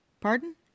Pardon